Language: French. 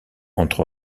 entre